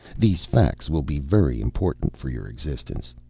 these facts will be very important for your existence.